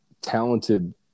talented